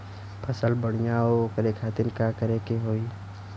फसल बढ़ियां हो ओकरे खातिर का करे के होई?